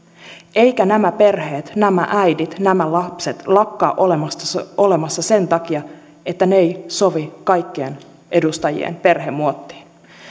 eivätkä nämä perheet nämä äidit nämä lapset lakkaa olemasta olemassa sen takia että he eivät sovi kaikkien edustajien perhemuottiin